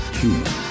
human